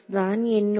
தான் என்னுடைய